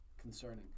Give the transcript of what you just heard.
concerning